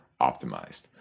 optimized